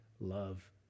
love